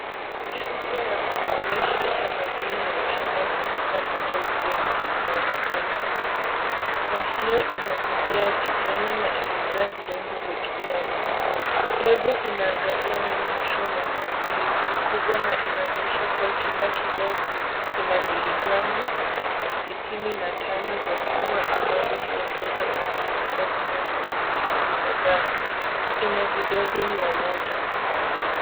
Chupa ya kuboresha cha madini ya chuma kutoka Nature's bounty inaonekana. Chupa hiyo ina kofia ya kijani na imejaa vidonge vya kijani. Lebo inaangazia neno chuma kwa herufi kubwa na inaonyesha kila kibao kina miligramu sitini na tano za chuma ambazo huongeza seli nyekundu za damu. Ina vidonge mia moja.